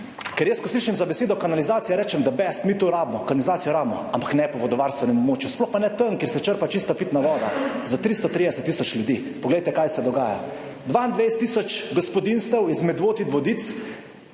Ker jaz, ko slišim za besedo kanalizacija, rečem, the best, mi to rabimo, kanalizacijo rabimo, ampak ne po vodovarstvenem območju, sploh pa ne tam, kjer se črpa čista pitna voda za 330 tisoč ljudi. Poglejte, kaj se dogaja. 22 tisoč gospodinjstev iz Medvod